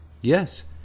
Yes